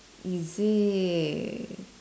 is it